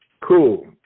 cool